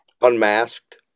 Unmasked